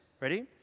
Ready